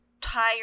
tired